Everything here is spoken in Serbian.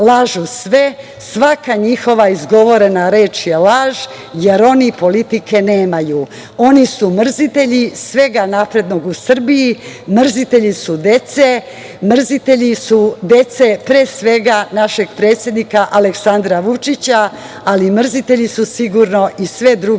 Svaka njihova izgovorena reč je laž, jer oni politike nemaju. Oni su mrzitelji svega naprednog u Srbiji, mrzitelji su dece, mrzitelji su dece pre svega našeg predsednika Aleksandra Vučića, ali mrzitelji su sigurno i sve druge